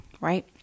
right